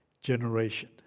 generation